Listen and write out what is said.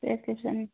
prescription